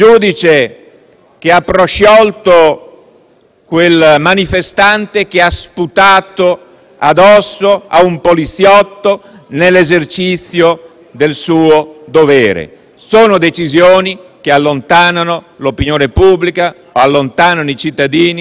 quel manifestante che ha sputato addosso a un poliziotto nell'esercizio del suo dovere. Sono decisioni che allontanano l'opinione pubblica e i cittadini dal senso delle istituzioni.